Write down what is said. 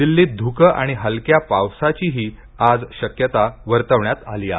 दिल्लीत धुके आणि हलक्या पावसाचीही आज शक्यता वर्तवण्यात आली आहे